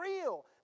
real